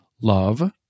love